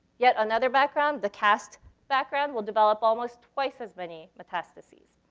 yet another background, the cast background, will develop almost twice as many metastases.